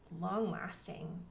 long-lasting